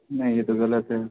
نہیں یہ تو غلط ہے